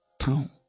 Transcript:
town